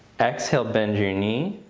exhale bend your knee.